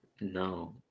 No